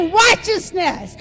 righteousness